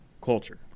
culture